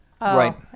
Right